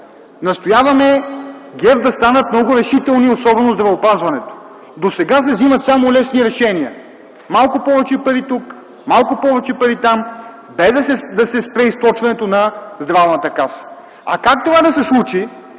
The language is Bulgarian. Настояваме ГЕРБ да станат много решителни, особено в здравеопазването. Досега се взимат само лесни решения – малко повече пари тук, малко повече пари там, без да се спре източването на Здравната каса. А как да се случи